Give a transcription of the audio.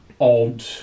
odd